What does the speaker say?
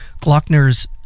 Glockner's